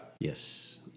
Yes